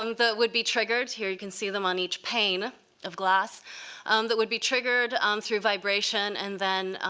um that would be triggered here you can see them on each pane of glass um that would be triggered um through vibration, and then